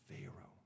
Pharaoh